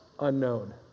unknown